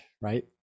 right